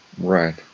Right